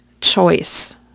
choice